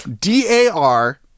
D-A-R